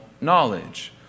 knowledge